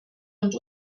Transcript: und